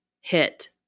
hit